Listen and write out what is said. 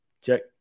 Check